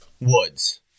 woods